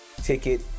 ticket